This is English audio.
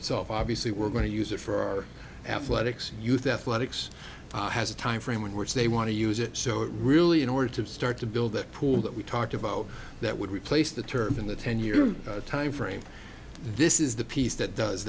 itself obviously we're going to use it for our athletics youth athletics has a time frame in which they want to use it so it really in order to start to build that pool that we talked about that would replace the term in the ten year time frame this is the piece that does